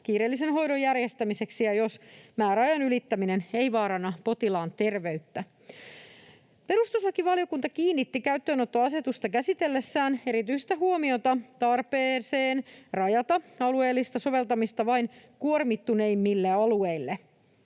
kiireellisen hoidon järjestämiseksi ja jos määräajan ylittäminen ei vaaranna potilaan terveyttä. Perustuslakivaliokunta kiinnitti käyttöönottoasetusta käsitellessään erityistä huomiota tarpeeseen rajata alueellista soveltamista vain kuormittuneimmille alueille.